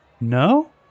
No